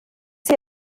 sie